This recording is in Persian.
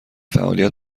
فعالیت